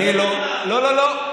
לא, לא, לא.